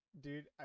Dude